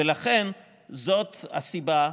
ולכן זאת הסיבה,